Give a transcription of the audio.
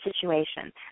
situation